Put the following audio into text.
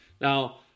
Now